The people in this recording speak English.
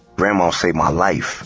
grandma saved my life